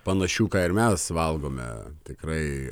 panašių ką ir mes valgome tikrai